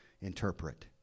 interpret